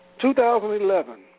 2011